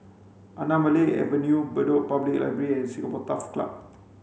Anamalai Avenue Bedok Public Library and Singapore Turf Club